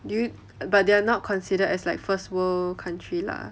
do you but they are not considered as like first world country lah